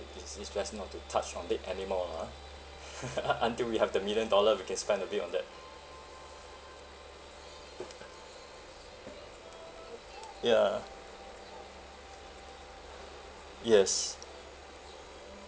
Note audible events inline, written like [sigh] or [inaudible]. it is best not to touch on it anymore lah [laughs] until we have the million dollar we can spend a bit on that ya yes